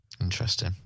Interesting